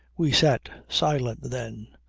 we sat silent then,